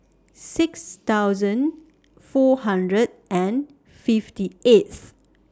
six thousand four hundred and fifty eighth